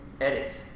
edit